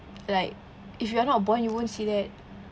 like if you are not born you won't see that